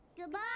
Goodbye